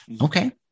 okay